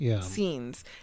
scenes